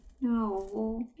no